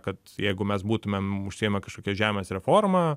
kad jeigu mes būtumėm užsiėmę kažkokia žemės reforma